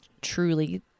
truly